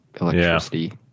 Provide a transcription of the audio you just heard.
electricity